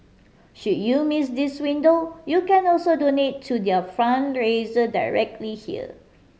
should you miss this window you can also donate to their fundraiser directly here